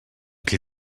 qui